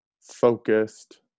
focused